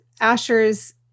Asher's